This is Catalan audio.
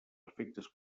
efectes